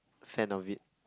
fan of it